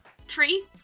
Three